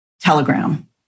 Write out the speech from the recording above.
telegram